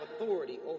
authority